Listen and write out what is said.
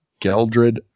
Geldred